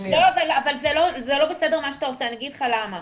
אבל זה לא בסדר מה שאתה עושה ואגיד לך למה: